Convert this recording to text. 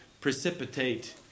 precipitate